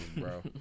bro